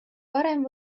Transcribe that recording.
varem